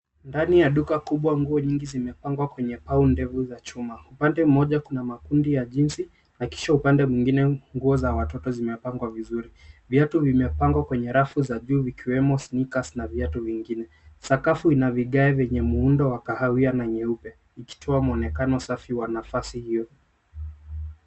Ndani ya duka kubwa, nguo nyingi zimepangwa kwenye paundevi za chuma. Upande mmoja kuna makundi ya jeans, kisha upande mwingine nguo za watoto zimepangwa vizuri. Viatu vimepangwa kwenye rafu za dhahabu, kikiwemo sneakers na viatu vingine. Sakafu ina vigae vyenye muundo wa kahawia na nyeupe. Ni kituo chenye mwonekano safi na wa usafi huo.